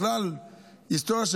ובכלל היסטוריה,